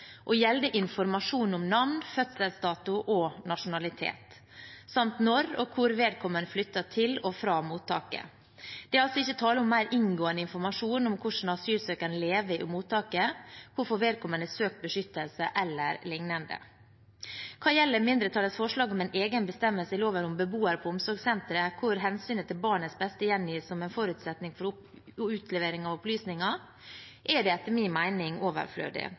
informasjon om navn, fødselsdato og nasjonalitet samt når og hvor vedkommende flyttet til og fra mottaket. Det er altså ikke tale om mer inngående informasjon om hvordan asylsøkerne lever i mottaket, hvorfor vedkommende har søkt beskyttelse, eller lignende. Hva gjelder mindretallets forslag om en egen bestemmelse i loven om beboere på omsorgssentre, hvor hensynet til barnets beste gjengis som en forutsetning for utlevering av opplysninger, er det etter min mening overflødig. Det